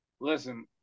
Listen